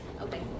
Okay